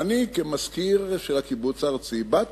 ואני, כמזכיר של הקיבוץ הארצי, באתי.